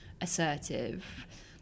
assertive